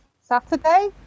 Saturday